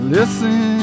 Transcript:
Listen